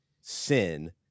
sin